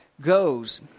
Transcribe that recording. goes